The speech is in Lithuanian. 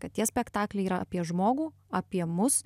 kad tie spektakliai yra apie žmogų apie mus